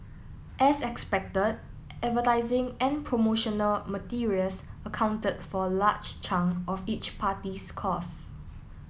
as expected advertising and promotional materials accounted for a large chunk of each party's costs